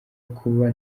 kuba